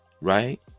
right